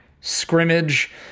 scrimmage